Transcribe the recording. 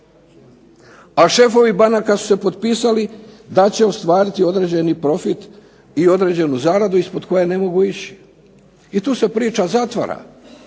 a šefovi banaka su se potpisali da će ostvariti određeni profit i određenu zaradu ispod koje ne mogu ići, i tu se priča zatvara.